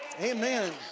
Amen